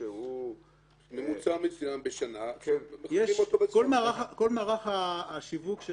ממוצע מסוים בשנה --- כל מערך השיווק של